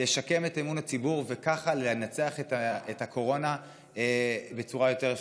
לשקם את אמון הציבור וככה לנצח את הקורונה בצורה יותר אפקטיבית?